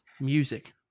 music